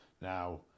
Now